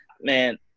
man